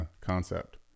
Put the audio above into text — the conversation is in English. concept